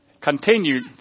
Continued